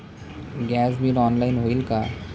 Gas bill online होईल का?